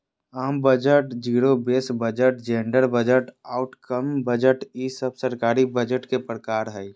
आम budget, zero base budget, gender budget, outcome budget ई सब सरकारी बजट के प्रकार हय